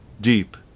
deep